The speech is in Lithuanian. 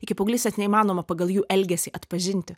iki paauglystės neįmanoma pagal jų elgesį atpažinti